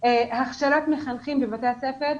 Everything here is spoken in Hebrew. הכשרת מחנכים בבתי הספר.